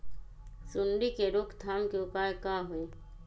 सूंडी के रोक थाम के उपाय का होई?